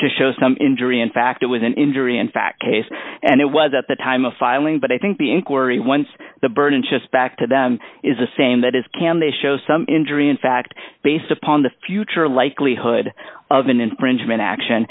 to show some injury in fact it was an injury in fact case and it was at the time of filing but i think the inquiry once the burden just back to them is the same that is can they show some injury in fact based upon the future likelihood of an infringement action